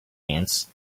ants